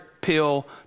pill